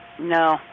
No